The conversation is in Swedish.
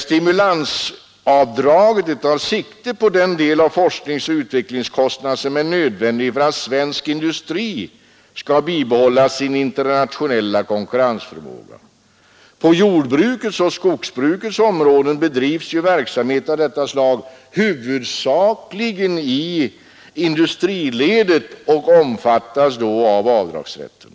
Stimulansavdraget tar sikte på den del av forsknings Tisdagen den och utvecklingskostnaderna som är nödvändigt för att svensk industri 29 maj 1973 skall bibehålla sin internationella konkurrensförmåga. På jordbrukets och —L =—— skogsbrukets område bedrivs verksamhet av detta slag huvudsakligen i Särskilt forskningsindustriledet och omfattas då av avdragsrätten.